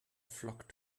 flock